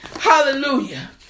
Hallelujah